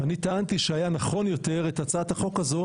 אני טענתי שהיה נכון יותר את הצעת החוק הזו,